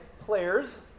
players